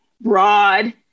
broad